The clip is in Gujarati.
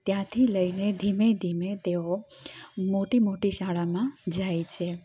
ત્યાંથી લઈને ધીમે ધીમે તેઓ મોટી મોટી શાળામાં જાય છે